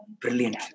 Brilliant